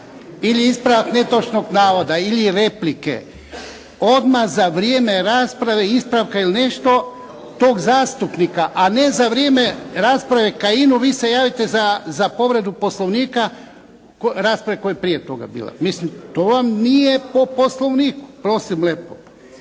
ili ispravak netočnog navoda ili replike odmah za vrijeme rasprave ispravka ili nešto tog zastupnika. A ne za vrijeme rasprave Kajinu vi se javite za povredu Poslovnika rasprave koja je prije toga bila. Mislim to vam nije po Poslovniku. Prosim lepo.